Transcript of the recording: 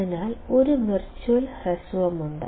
അതിനാൽ ഒരു വെർച്വൽ ഹ്രസ്വമുണ്ട്